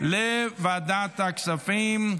לוועדת הכספים,